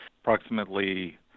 Approximately